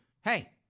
hey